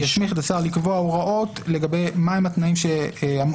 -- יסמיך את השר לקבוע הוראות לגבי מה הם התנאים ואמות